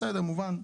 זה מובן.